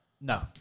No